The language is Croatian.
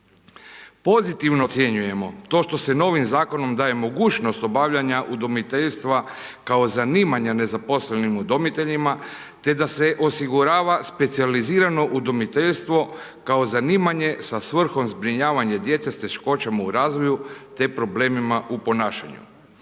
Pozitivno ocjenjujemo to što se novim zakonom daje mogućnost obavljanja udomiteljstva kao zanimanja nezaposlenim udomiteljima, te da se osigurava specijalizirano udomiteljstvo, kao zanimanje sa svrhom zbrinjavanja djece s teškoćom u razvoju, te problemima u ponašanju.